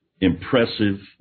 impressive